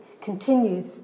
continues